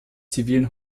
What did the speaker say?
zivilen